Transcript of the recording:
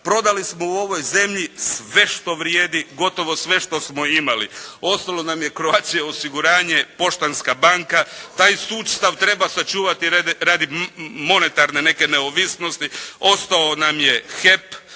Prodali smo u ovoj zemlji sve što vrijedi. Gotovo sve što smo imali. Ostala nam je «Croatia osiguranje», Poštanska banka. Taj sustav treba sačuvati radi monetarne neke neovisnosti. Ostao nam je HEP.